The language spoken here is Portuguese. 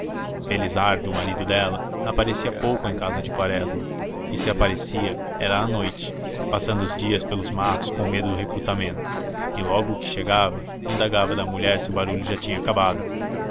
felizardo o marido dela aparecia pouco em casa de quaresma e se aparecia era à noite passando os dias pelos matos com medo do recrutamento e logo que chegava indagava da mulher se o barulho já tinha acabado